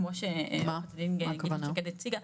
כמו --- הציגה.